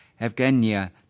Evgenia